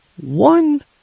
one